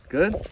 Good